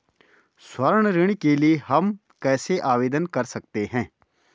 स्वर्ण ऋण के लिए हम कैसे आवेदन कर सकते हैं?